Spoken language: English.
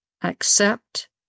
accept